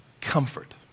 comfort